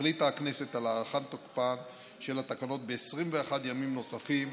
החליטה הכנסת על הארכת תוקפן של תקנות האכיפה ב-21 ימים נוספים,